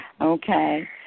Okay